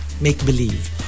make-believe